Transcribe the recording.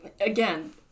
again